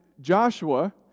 Joshua